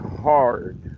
hard